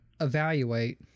evaluate